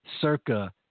circa